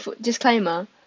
disclaimer